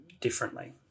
differently